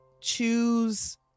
choose